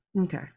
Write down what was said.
okay